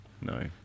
No